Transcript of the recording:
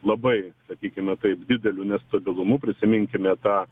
labai sakykime taip dideliu nestabilumu prisiminkime tą